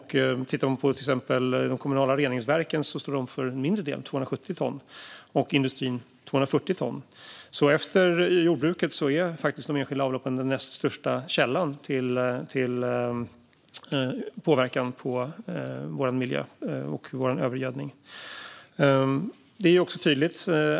De kommunala reningsverken, till exempel, står för en mindre del, 270 ton, och industrin för 240 ton. Näst jordbruket är faktiskt de enskilda avloppen den största källan till övergödning och påverkan på vår miljö.